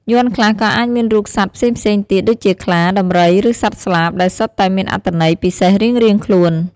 យ័ន្តខ្លះក៏អាចមានរូបសត្វផ្សេងៗទៀត ដូចជាខ្លា ដំរី ឬសត្វស្លាប ដែលសុទ្ធតែមានអត្ថន័យពិសេសរៀងៗខ្លួន។